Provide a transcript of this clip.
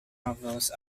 novels